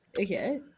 Okay